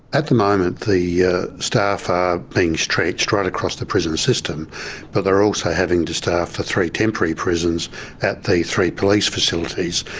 at the moment ah staff are being stretched right across the prison system but they're also having to staff the three temporary prisons at the three police facilities.